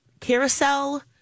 carousel